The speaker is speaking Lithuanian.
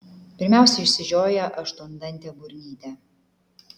pirmiausia išsižioja aštuondantė burnytė